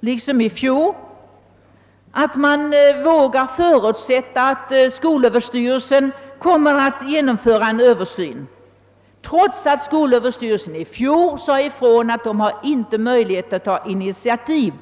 liksom i fjol fram till att man vågar förutsätta att skolöverstyrelsen kommer att genomföra en Översyn, trots att den i fjol sade ifrån att den inte har någon möjlighet att ta initiativ.